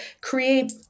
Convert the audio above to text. create